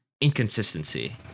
inconsistency